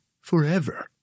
forever